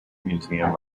museum